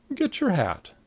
get your hat.